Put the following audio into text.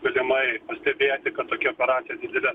galimai pastebėti kad tokia operacija didelė